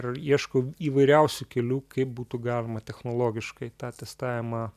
ir ieško įvairiausių kelių kaip būtų galima technologiškai tą testavimą